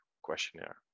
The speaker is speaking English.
questionnaire